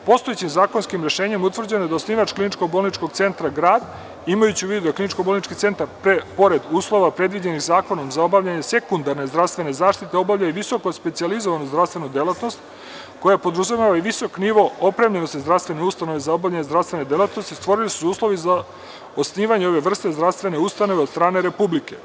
Postojećim zakonskim rešenjem utvrđeno je da osnivač kliničko-bolničkog centra grad, imajući u vidu da kliničko-bolnički centar, pored uslova predviđenih Zakonom za obavljanje sekundarne i zdravstvene zaštite obavlja i visoko specijalizovanu zdravstvenu delatnost, koja podrazumeva i visok nivo opremljenosti zdravstvene ustanove za obavljanje zdravstvene delatnosti, stvorili su se uslovi za osnivanje ove vrste zdravstvene ustanove od strane Republike.